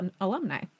alumni